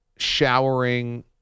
showering